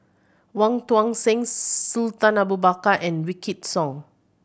Wong Tuang Seng Sultan Abu Bakar and Wykidd Song